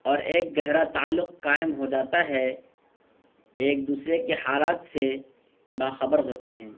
اور ایک گہرا تعلق قائم ہو جاتا ہے ایک دوسرے کے حالات سے باخبر ہوتے ہیں